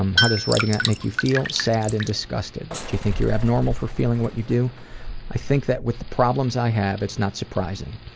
um how does writing that make you feel sad and disgusted. do you think you're abnormal for feeling what you do i think that with the problems that i have it's not surprising.